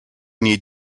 need